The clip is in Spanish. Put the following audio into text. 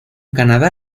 canadá